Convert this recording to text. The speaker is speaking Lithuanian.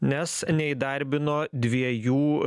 nes neįdarbino dviejų